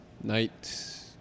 night